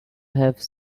have